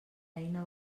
eina